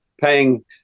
paying